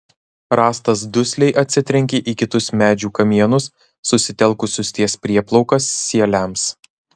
rąstas dusliai atsitrenkė į kitus medžių kamienus susitelkusius ties prieplauka sieliams